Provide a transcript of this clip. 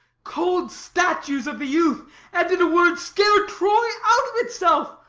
cold statues of the youth and, in a word, scare troy out of itself.